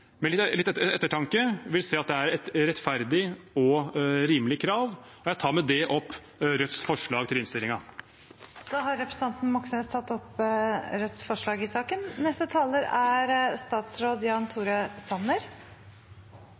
litt ettertanke vil se at det er et rettferdig og rimelig krav. Jeg tar med det opp Rødts forslag. Representanten Bjørnar Moxnes har tatt opp de forslagene han refererte til. Hele Norge er